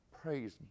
praise